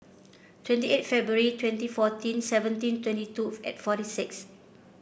twenty eight February twenty fourteen seventeen twenty two forty six